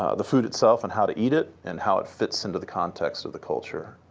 ah the food itself and how to eat it, and how it fits into the context of the culture.